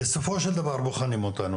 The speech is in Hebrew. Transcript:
בסופו של דבר לפי מה בוחנים אותנו?